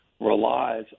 relies